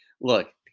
Look